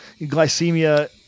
glycemia